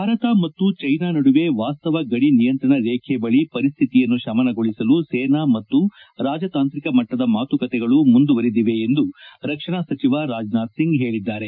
ಭಾರತ ಮತ್ತು ಜೈನಾ ನಡುವೆ ವಾಸ್ತವ ಗಡಿ ನಿಯಂತ್ರಣ ರೇಖೆ ಬಳಿ ಪರಿಸ್ಥಿತಿಯನ್ನು ಶಮನಗೊಳಿಸಲು ಸೇನಾ ಮತ್ತು ರಾಜತಾಂತ್ರಿಕ ಮಟ್ಟದ ಮಾತುಕತೆಗಳು ಮುಂದುವರೆದಿವೆ ಎಂದು ರಕ್ಷಣಾ ಸಚಿವ ರಾಜನಾಥ್ ಸಿಂಗ್ ಪೇಳಿದ್ದಾರೆ